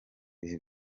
bihe